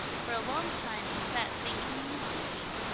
for a long time he sat thinking and thinking,